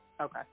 Okay